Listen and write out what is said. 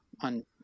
on